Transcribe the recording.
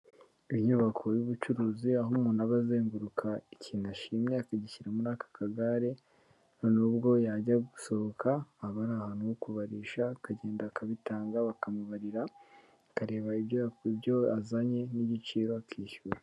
Inyubako y'ubucuruzi aho umuntu aba azenguruka ikintu ashimye akagishyira muri aka kagare, noneho ubwo yajya gusohoka haba hari ahantu ho kubarisha akagenda akabitanga bakamubarira, akareba ibyo azanye n'igiciro akishyura.